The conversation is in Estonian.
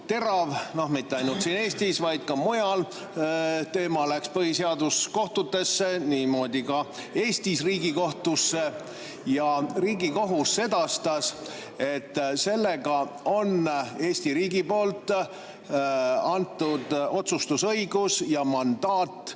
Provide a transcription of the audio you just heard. terav, mitte ainult siin Eestis, vaid ka mujal. Teema läks põhiseaduskohtutesse, niimoodi ka Eestis Riigikohtusse. Ja Riigikohus sedastas, et sellega on Eesti riigi antud otsustusõigus ja mandaat